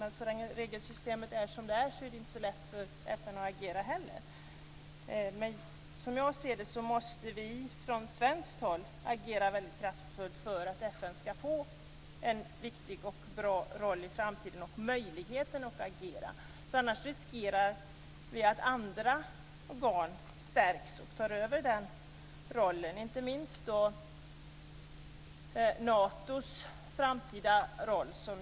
Men så länge regelsystemet är som det är har FN inte så lätt att agera. Som jag ser det måste vi från svenskt håll agera väldigt kraftfullt för att FN ska få en viktig och bra roll i framtiden och en möjlighet att agera. Annars riskerar vi att andra organ stärks och tar över den rollen. Det gäller inte minst Natos framtida ställning.